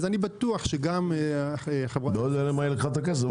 אני לא יודע למה היא לקחה את הכסף,